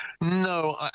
No